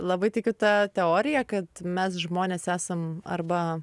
labai tikiu ta teorija kad mes žmonės esam arba